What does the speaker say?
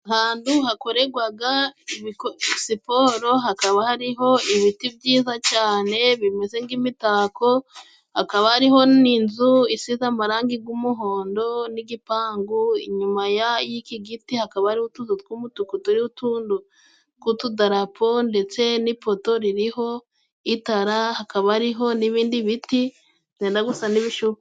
Ahantu hakoregwaga siporo hakaba hariho ibiti byiza cyane bimeze nk'imitako akaba ariho n'inzu isize amaragi g'umuhondo n'igipangu inyuma y'iki giti hakaba hariho utuzu tw'umutuku turi utuntu tw'utudarapo ndetse n'ipoto ririho itara hakaba ariho n'ibindi biti byenda gusa n'ibisho...